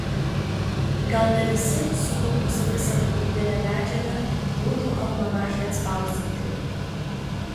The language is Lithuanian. gal ne visi sukaupus visą kūrybinę medžiagą būtų almanache atspausdinti